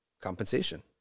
compensation